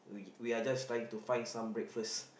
we we are just trying to find some breakfast